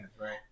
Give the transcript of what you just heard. Right